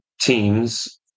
teams